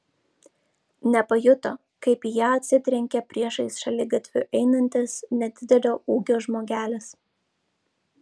nepajuto kaip į ją atsitrenkė priešais šaligatviu einantis nedidelio ūgio žmogelis